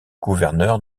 gouverneur